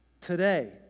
Today